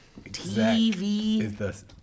TV